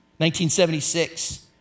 1976